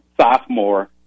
sophomore